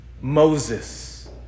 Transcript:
Moses